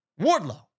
Wardlow